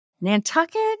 Nantucket